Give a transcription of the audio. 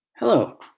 Hello